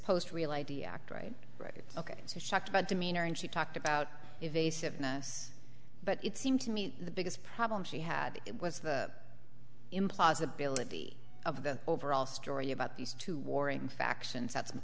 post real i d act right right ok so shocked about demeanor and she talked about evasiveness but it seemed to me the biggest problem she had was the implausibility of the overall story about these two warring factions that's